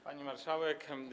Pani Marszałek!